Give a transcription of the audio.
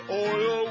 oil